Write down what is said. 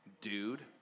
dude